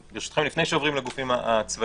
אז ברשותכם לפני שעוברים לגופים הצבאיים,